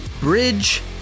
bridge